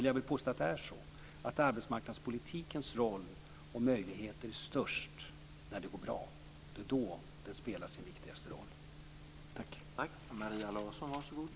Jag vill påstå att det är så att arbetsmarknadspolitikens roll och möjligheter är störst när det går bra. Det är då den spelar sin viktigaste roll.